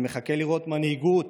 אני מחכה לראות מנהיגות